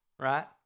right